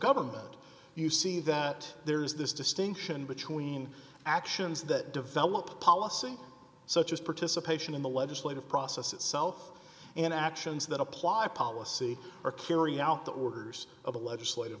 government you see that there is this distinction between actions that develop policy such as participation in the legislative process itself and actions that apply policy or carry out the orders of a legislative